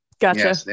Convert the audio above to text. Gotcha